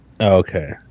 Okay